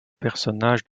personnage